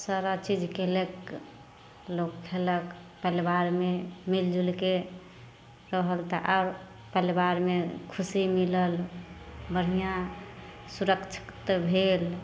सारा चीजके लेके लोक खेलक परिवारमे मिल जुलिके रहल तऽ आओर परिवारमे खुशी मिलल बढ़िऑं सुरक्षित भेल